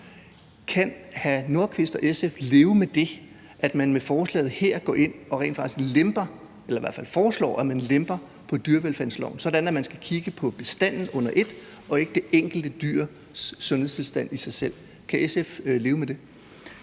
Rasmus Nordqvist og SF leve med det – at man med forslaget her rent faktisk går ind og foreslår, at man lemper på dyrevelfærdsloven, sådan at man skal kigge på bestanden under et og ikke det enkelte dyrs sundhedstilstand i sig selv? Kan SF leve med det?